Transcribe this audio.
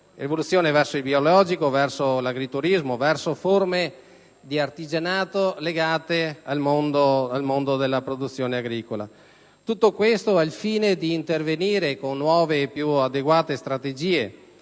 evoluzione verso il biologico, verso l'agriturismo, verso forme di artigianato legate al mondo della produzione agricola. Tutto questo al fine di intervenire con nuove e più adeguate strategie,